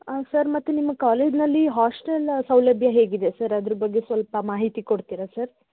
sir ಮತ್ತೆ ನಿಮ್ಮ ಕಾಲೇಜ್ನಲ್ಲಿ ಹಾಸ್ಟೆಲ್ಲ ಸೌಲಭ್ಯ ಹೇಗಿದೆ ಸರ್ ಅದ್ರ ಬಗ್ಗೆ ಸ್ವಲ್ಪ ಮಾಹಿತಿ ಕೊಡ್ತೀರಾ ಸರ್